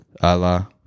Allah